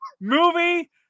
movie